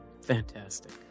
Fantastic